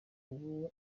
ubu